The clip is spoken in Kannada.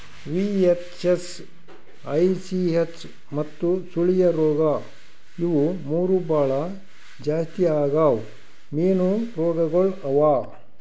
ವಿ.ಹೆಚ್.ಎಸ್, ಐ.ಸಿ.ಹೆಚ್ ಮತ್ತ ಸುಳಿಯ ರೋಗ ಇವು ಮೂರು ಭಾಳ ಜಾಸ್ತಿ ಆಗವ್ ಮೀನು ರೋಗಗೊಳ್ ಅವಾ